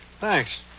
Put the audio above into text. Thanks